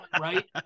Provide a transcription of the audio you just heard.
right